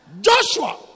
Joshua